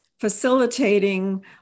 facilitating